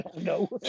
No